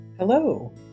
Hello